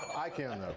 i can,